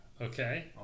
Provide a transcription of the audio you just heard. Okay